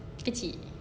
kecil